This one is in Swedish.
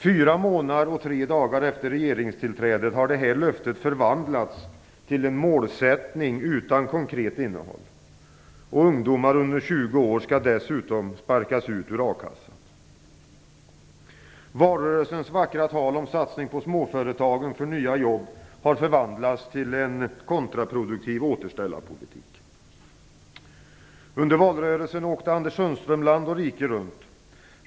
Fyra månader och tre dagar efter regeringstillträdet har detta löfte förvandlats till en målsättning utan konkret innehåll. Ungdomar under 20 år skall dessutom sparkas ut ur a-kassan. Valrörelsens vackra tal om satsning på småföretagen för nya jobb har förvandlats till en kontraproduktiv återställarpolitik. Under valrörelsen åkte Anders Sundström land och rike runt.